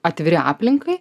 atviri aplinkai